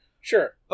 Sure